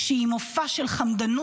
שהיא מופע של חמדנות,